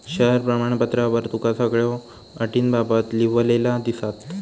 share प्रमाणपत्रावर तुका सगळ्यो अटींबाबत लिव्हलेला दिसात